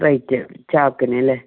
rate ചാക്കിന് അല്ലേ